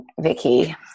Vicky